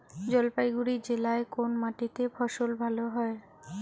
জলপাইগুড়ি জেলায় কোন মাটিতে ফসল ভালো হবে?